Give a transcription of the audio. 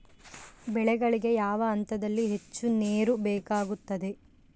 ಬೆಳೆಗಳಿಗೆ ಯಾವ ಹಂತದಲ್ಲಿ ಹೆಚ್ಚು ನೇರು ಬೇಕಾಗುತ್ತದೆ?